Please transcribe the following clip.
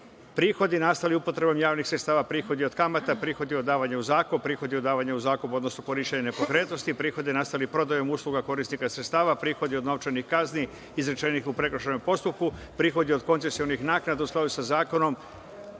odnosno korišćenja nepokretnosti, prihodi od kamata, prihodi od davanja u zakup, prihodi od davanja u zakup, odnosno korišćenja nepokretnosti, prihodi nastali prodajom usluga korisnika sredstava, prihod od novčanih kazni izrečenih u prekršajnom postupku, prihodi od koncesionih naknada u skladu sa zakonom. Tačka